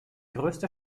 größte